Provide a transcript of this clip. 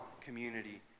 community